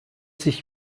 sich